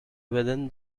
within